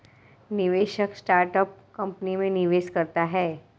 निवेशक startup company में निवेश करता है